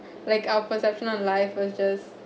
like our perception on life versus